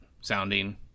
sounding